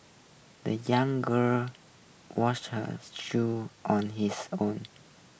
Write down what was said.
the young girl washed her's shoes on his own